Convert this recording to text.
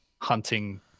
hunting